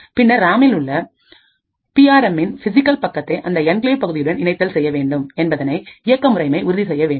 பின்னர் ராமில் உள்ள பிஆர்எம்ன் பிசிகல் பக்கத்தை அந்த என்கிளேவ் பகுதியுடன் இணைத்தல் செய்ய வேண்டும் என்பதனை இயக்க முறைமை உறுதி செய்ய வேண்டும்